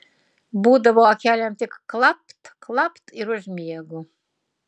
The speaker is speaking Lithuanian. būdavo akelėm tik klapt klapt ir užmiegu